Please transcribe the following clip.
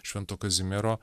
švento kazimiero